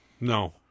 No